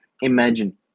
Imagine